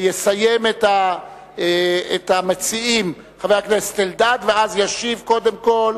יסיים את המציעים חבר הכנסת אלדד, ואז קודם כול